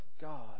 God